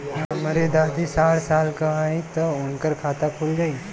हमरे दादी साढ़ साल क हइ त उनकर खाता खुल जाई?